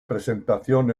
presentación